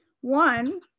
One